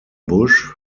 busch